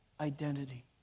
identity